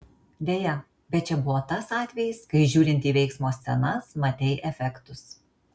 deja bet čia buvo tas atvejis kai žiūrint į veiksmo scenas matei efektus